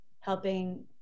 helping